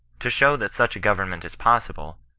to show that such a goveroment is possible,